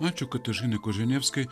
ačiū katažinai koženevskai